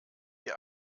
ihr